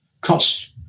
cost